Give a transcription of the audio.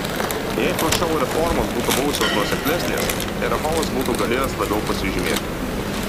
jei chruščiovo reformos būtų buvusios nuoseklesnės terechovas būtų galėjęs labiau pasižymėti